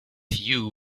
you